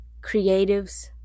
creatives